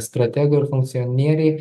strategai ir funkcionieriai